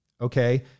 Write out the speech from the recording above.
Okay